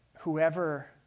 whoever